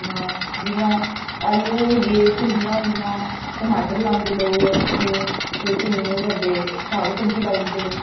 आं जि'यां आलू होइये भिंडियां होई गेइयां टमाटर लांदे लोक केईं ते केईं ओह् करदे साग सब्जी लाई ओड़दे